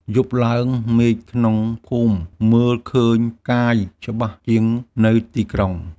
យប់ឡើង មេឃក្នុងភូមិមើលឃើញផ្កាយច្បាស់ជាងនៅទីក្រុង។